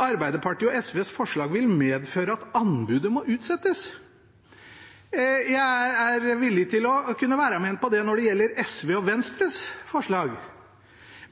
Arbeiderpartiet og SVs forslag vil medføre at anbudet må utsettes. Jeg er villig til å kunne være med på det når det gjelder SV og Venstres forslag,